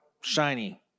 shiny